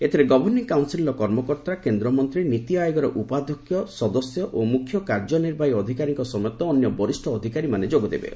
ଏଥିରେ ଗଭର୍ଷିଂ କାଉନ୍ସିଲ୍ର କର୍ମକର୍ତ୍ତା କେନ୍ଦ୍ରମନ୍ତ୍ରୀ ନୀତି ଆୟୋଗର ଉପାଧ୍ୟକ୍ଷ ସଦସ୍ୟ ଓ ମୁଖ୍ୟ କାର୍ଯ୍ୟନିର୍ବାହୀ ଅଧିକାରୀଙ୍କ ସମେତ ଅନ୍ୟ ବରିଷ୍ଠ ଅଧିକାରୀମାନେ ଯୋଗ ଦେବେ